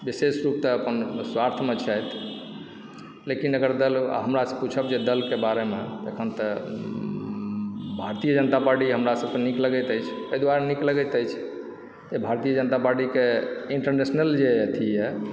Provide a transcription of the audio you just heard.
विशेष रूपसँ अपन स्वार्थमे छथि लेकिन अगर दल हमरा से पूछब जे दलके बारेमे अखन तऽ भारतीय जनता पार्टी हमरा सबके निक लगैत अछि एहि दुआरे नीक लगैत अछि जे भारतीय जनता पार्टीके इण्टरनेशनल जे अथीए